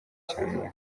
cyamunara